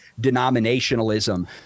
denominationalism